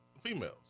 females